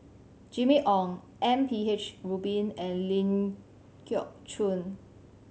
Jimmy Ong M P H Rubin and Ling Geok Choon